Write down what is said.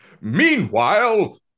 Meanwhile